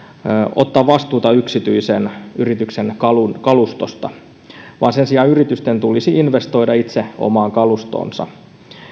ottaa vastuuta yksityisten yritysten kalustosta vaan sen sijaan yritysten tulisi investoida itse omaan kalustoonsa